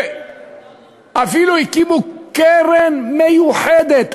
אפילו הקימו קרן מיוחדת.